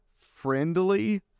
friendly